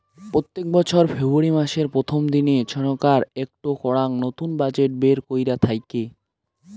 প্রত্যেক বছর ফেব্রুয়ারী মাসের প্রথম দিনে ছরকার একটো করাং নতুন বাজেট বের কইরা থাইকে